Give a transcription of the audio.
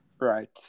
Right